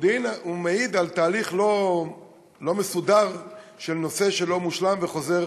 הוא מעיד על תהליך לא מסודר של נושא שלא מושלם וחוזר